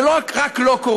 זה לא קורה רק לו,